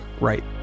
right